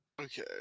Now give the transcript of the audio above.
Okay